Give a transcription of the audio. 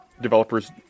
developers